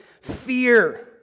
fear